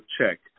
check